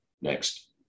next